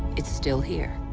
it's still here,